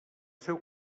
seu